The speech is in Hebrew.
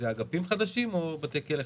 זה אגפים חדשים או בתי כלא חדשים?